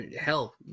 Hell